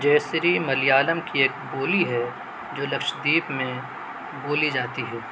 جیسری ملیالم کی ایک بولی ہے جو لکشدیپ میں بولی جاتی ہے